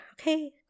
okay